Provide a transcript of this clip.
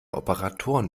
operatoren